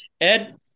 Ed